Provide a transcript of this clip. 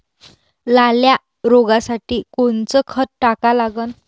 लाल्या रोगासाठी कोनचं खत टाका लागन?